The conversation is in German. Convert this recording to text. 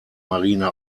marine